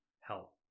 help